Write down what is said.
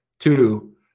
Two